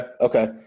Okay